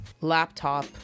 laptop